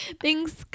Thanks